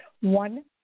one